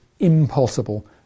impossible